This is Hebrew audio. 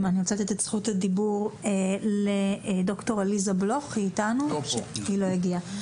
אני רוצה לתת את רשות הדיבור לד"ר עליזה בלוך היא לא נמצאת כאן.